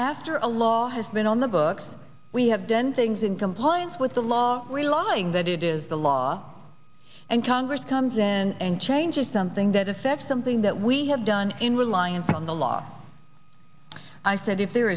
after a law has been on the books we have denting xin compliance with the law realizing that it is the law and congress comes in and changes something that affects something that we have done in reliance on the law i said if there